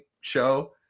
show